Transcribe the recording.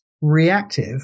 reactive